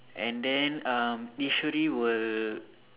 and then uh Eswari will